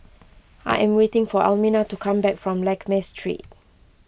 I am waiting for Elmina to come back from Lakme Street